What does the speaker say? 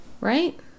Right